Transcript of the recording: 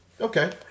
okay